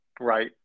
Right